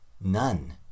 none